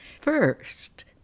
First